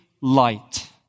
light